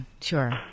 sure